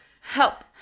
Help